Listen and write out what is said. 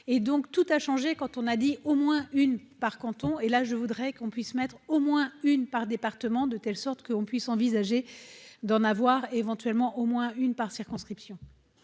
et donc tout a changé quand on a dit au moins une par canton et là, je voudrais qu'on puisse mettre au moins une par département, de telle sorte qu'on puisse envisager d'en avoir éventuellement au moins une par circonscription.